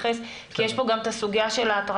חברי הכנסת להתייחס כי יש פה גם את הסוגיה של האטרקציות.